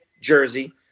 Jersey